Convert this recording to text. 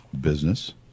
business